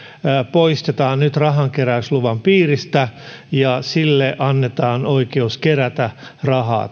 poistetaan nyt rahankeräysluvan piiristä ja annetaan oikeus kerätä rahaa